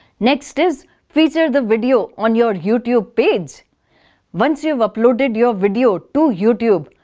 next is feature the video on your youtube page once you have uploaded your video to youtube,